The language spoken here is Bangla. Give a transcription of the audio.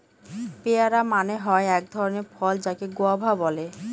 পেয়ারা মানে হয় এক ধরণের ফল যাকে গুয়াভা বলে